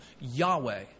Yahweh